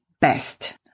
best